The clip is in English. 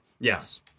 yes